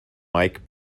mike